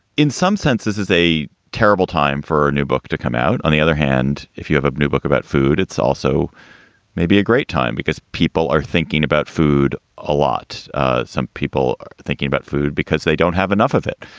in some sense, this is a terrible time for a new book to come out on the other hand, if you have a new book about food, it's also maybe a great time because people are thinking about food a lot. ah some people are thinking about food because they don't have enough of it,